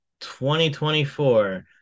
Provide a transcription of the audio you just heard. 2024